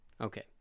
Okay